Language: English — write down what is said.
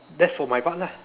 that's for my part lah